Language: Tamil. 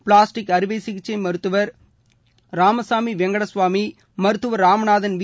பிளாஸ்டிக் அறுவை சிகிச்சை மருத்துவர் ராமசாமி வெங்கடஸ்வாமி மருத்துவர் ராமநாதன் வி